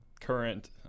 current